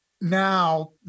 now